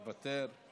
מוותר,